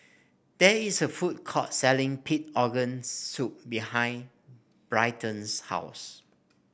there is a food court selling Pig Organ Soup behind Britton's house